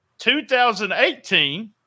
2018